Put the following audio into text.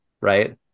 Right